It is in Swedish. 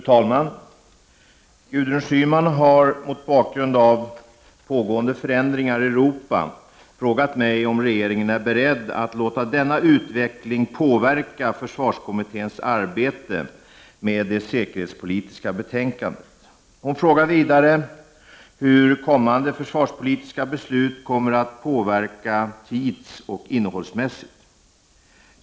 Fru talman! Gudrun Schyman har mot bakgrund av pågående förändringar i Europa frågat mig om regeringen är beredd att låta denna utveckling påverka försvarskommitténs arbete med det säkerhetspolitiska betänkandet. Hon frågar vidare hur kommande försvarspolitiska beslut kommer att påverkas tidsoch innehållsmässigt.